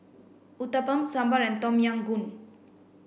Uthapam Sambar and Tom Yam Goong